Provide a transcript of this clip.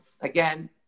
again